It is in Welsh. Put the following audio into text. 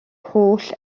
holl